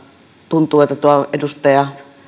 tuntuu että tuo edustaja